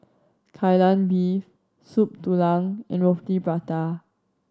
Kai Lan Beef Soup Tulang and Roti Prata